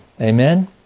Amen